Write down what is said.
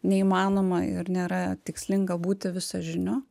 neįmanoma ir nėra tikslinga būti visažiniu